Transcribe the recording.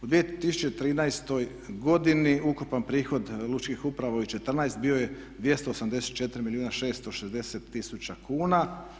U 2013. godini ukupan prihod lučkih uprava bio je 284 milijuna 660 tisuća kuna.